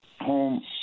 home